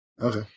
Okay